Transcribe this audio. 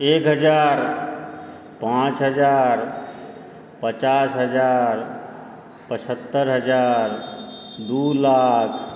एक हजार पाँच हजार पचास हजार पचहत्तरि हजार दू लाख